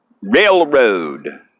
Railroad